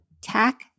tack